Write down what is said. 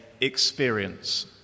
experience